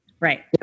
Right